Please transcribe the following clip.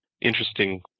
interesting